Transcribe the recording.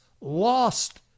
lost